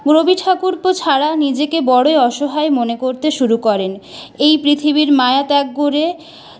রবি ঠাকুরপো ছাড়া নিজেকে বড়োই অসহায় মনে করতে শুরু করেন এই পৃথিবীর মায়া ত্যাগ করে